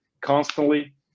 constantly